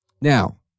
Now